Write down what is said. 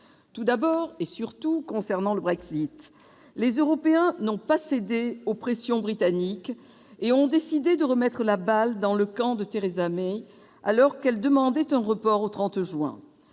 tout d'abord, et surtout : le Brexit. Les Européens n'ont pas cédé aux pressions britanniques et ont décidé de remettre la balle dans le camp de Theresa May alors qu'elle demandait un report au 30 juin.